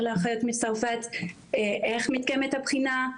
לאחיות מצרפת איך מתקיימת הבחינה,